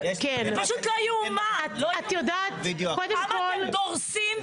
זה פשוט לא יאומן כמה אתם דורסים ודורסנים.